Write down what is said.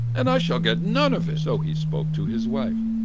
and i shall get none of it. so he spoke to his wife.